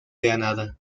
granada